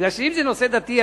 אם זה נושא דתי,